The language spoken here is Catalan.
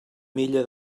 milla